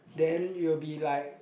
then it will be like